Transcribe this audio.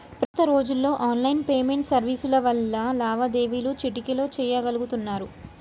ప్రస్తుత రోజుల్లో online payment సర్వీసుల వల్ల లావాదేవీలు చిటికెలో చెయ్యగలుతున్నరు